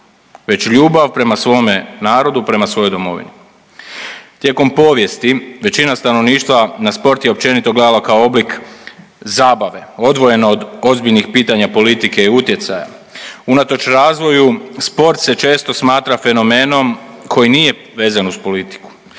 već ljubav prema svome narodu i prema svojoj domovini. Tijekom povijesti većina stanovništva na sport je općenito gledala kao oblik zabave, odvojena od ozbiljnih pitanja politike i utjecaja. Unatoč razvoju sport se često smatra fenomenom koji nije vezan uz politiku.